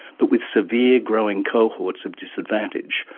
but with severe growing cohorts of disadvantage,